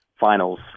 Finals